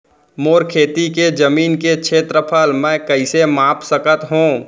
मोर खेती के जमीन के क्षेत्रफल मैं कइसे माप सकत हो?